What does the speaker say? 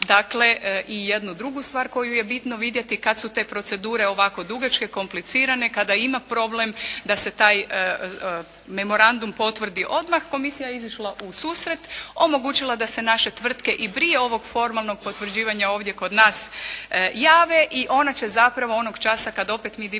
dakle, i jednu drugu stvar koju je bitno vidjeti kada su te procedure ovako dugačke, komplicirane, kada ima problem da se taj memorandum potvrdi odmah, komisija je izišla u susret, omogućila da se naše tvrtke i prije ovog formalnog potvrđivanja ovdje kod nas jave i ona će zapravo onoga časa kada opet mi diplomatskom